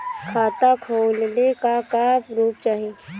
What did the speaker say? खाता खोलले का का प्रूफ चाही?